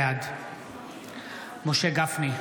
בעד משה גפני,